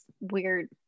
weird